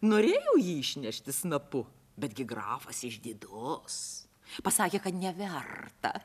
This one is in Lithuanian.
norėjau jį išnešti snapu betgi grafas išdidus pasakė kad neverta